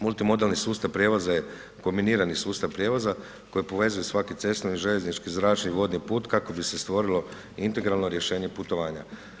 Multimodalni sustav prijevoza je kombinirani sustav prijevoza koji povezuje svaki cestovni, željeznički i zračni i vodni put kako bi se stvorilo integralno rješenje putovanja.